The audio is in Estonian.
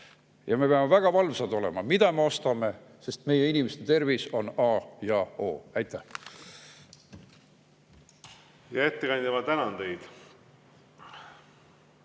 Me peame väga valvsad olema, mida me ostame, sest meie inimeste tervis on A ja O. Aitäh! Hea ettekandja, ma tänan teid!